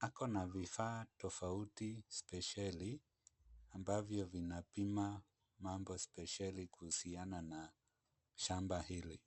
Ako na vifaa tofauti spesheli, ambavyo vinapima mambo spesheli kuhusiana na shamba hili.